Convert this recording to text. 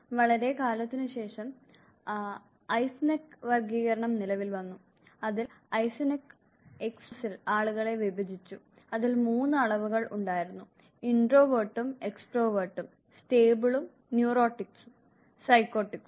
വളരെക്കാലത്തിനുശേഷം ഐസെൻക്കിന്റെ വർഗ്ഗീകരണം നിലവിൽ വന്നു അതിൽ ഐസെൻക് x y ആക്സിസിൽ ആളുകളെ വിഭജിച്ചു അതിൽ 3 അളവുകൾ ഉണ്ടായിരുന്നു ഇന്ട്രോവേർട്ടും എക്സ്ട്രോവേർട്ടും Introvert Extrovert സ്റ്റേബിളുകളും ന്യൂറോട്ടിക്സും സൈക്കോട്ടിക്സും